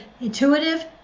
intuitive